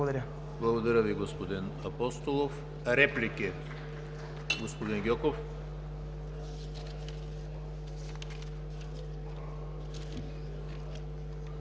Благодаря Ви, господин Апостолов. Реплики? Господин Гьоков.